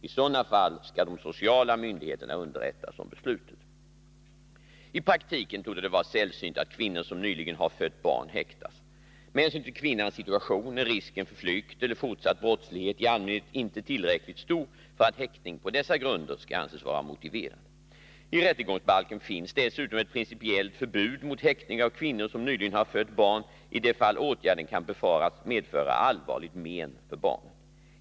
I sådana fall skall de sociala myndigheterna underrättas om beslutet. I praktiken torde det vara sällsynt att kvinnor som nyligen har fött barn häktas. Med hänsyn till kvinnans situation är risken för flykt eller fortsatt brottslighet i allmänhet inte tillräckligt stor för att häktning på dessa grunder skall anses vara motiverad. I rättegångsbalken finns dessutom ett principiellt förbud mot häktning av kvinnor som nyligen har fött barn i de fall åtgärden kan befaras medföra allvarligt men för barnet.